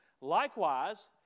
Likewise